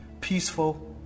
peaceful